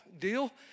deal